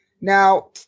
Now